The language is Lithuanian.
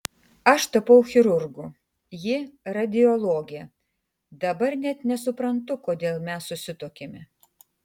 aš tapau chirurgu ji radiologe dabar net nesuprantu kodėl mes susituokėme